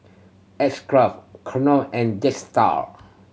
X Craft Knorr and Jetstar